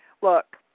Look